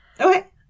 okay